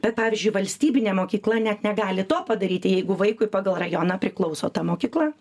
bet pavyzdžiui valstybinė mokykla net negali to padaryti jeigu vaikui pagal rajoną priklauso ta mokykla